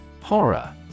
Horror